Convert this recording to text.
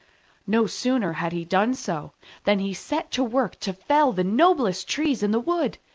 no sooner had he done so than he set to work to fell the noblest trees in the wood.